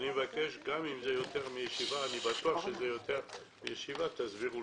גם אם זה יותר משבעה אני בטוח שזה יותר משבעה תסבירו